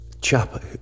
chap